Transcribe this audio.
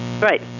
Right